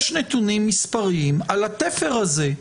יש נתונים מספריים על התפר הזה,